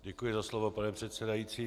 Děkuji za slovo, pane předsedající.